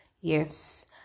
Yes